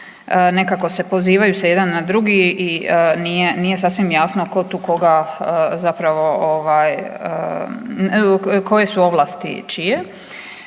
nekako se pozivaju se jedan na drugi i nije sasvim jasno ko tu koga